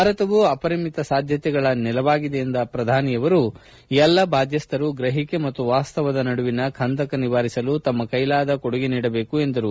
ಭಾರತವು ಅಪರಿಮಿತ ಸಾಧ್ಯತೆಗಳ ನೆಲವಾಗಿದೆ ಎಂದ ಶ್ರಧಾನಿಯವರು ಎಲ್ಲ ಬಾಧ್ಯಸ್ಥರೂ ಗ್ರಹಿಕೆ ಮತ್ತು ವಾಸ್ತವದ ನಡುವಿನ ಕಂದಕ ನಿವಾರಿಸಲು ತಮ್ಮ ಕೈಲಾದ ಕೊಡುಗೆ ನೀಡಬೇಕು ಎಂದರು